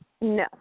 No